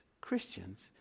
Christians